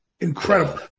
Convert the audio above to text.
incredible